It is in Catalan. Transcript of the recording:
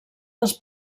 dels